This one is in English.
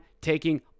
taking